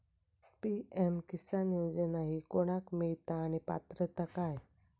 PM Kisan Yojana ही कोणाक मिळता आणि पात्रता काय?